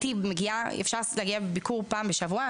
אפשר להגיע לביקור פעם בשבוע,